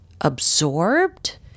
absorbed